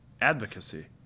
advocacy